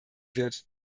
wird